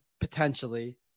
potentially